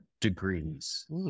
degrees